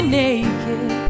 naked